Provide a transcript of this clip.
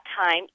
time